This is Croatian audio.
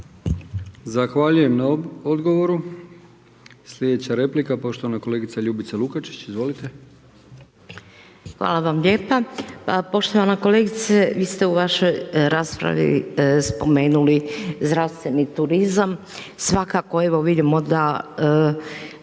Zahvaljujem na odgovoru. Slijedeća replika, poštovana kolegica Ljubica Lukačić, izvolite. **Lukačić, Ljubica (HDZ)** Hvala vam lijepa. Pa poštovana kolegice, vi ste u vašoj raspravi spomenuli zdravstveni turizam, svakako evo vidimo da